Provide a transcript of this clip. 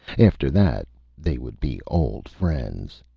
after that they would be old friends.